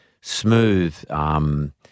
smooth